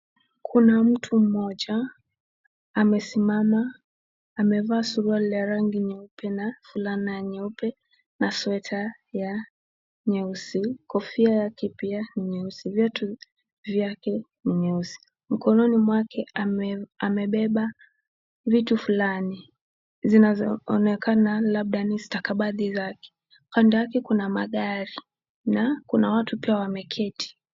Kuna mtu mmoja amesimama, amevaa suruali ya rangi nyeupe na fulana ya nyeupe na sweta ya nyeusi, kofia yake pia ni nyeusi. Viatu vyake ni nyeusi. Mkononi mwake amebeba vitu fulani zinazoonekana labda ni stakabadhi zake. Kando yake kuna magari na kuna watu pia wameketi.